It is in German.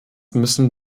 müssen